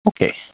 Okay